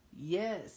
yes